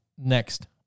next